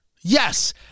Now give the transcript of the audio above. yes